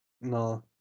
No